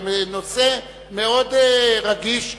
זה נושא מאוד רגיש,